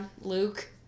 Luke